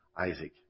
Isaac